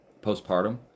postpartum